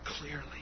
clearly